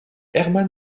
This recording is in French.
herman